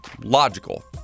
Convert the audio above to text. logical